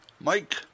Mike